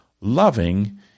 loving